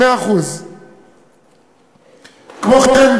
100%. כמו כן,